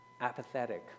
apathetic